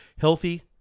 healthy